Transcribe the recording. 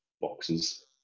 boxes